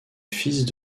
fils